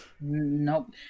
nope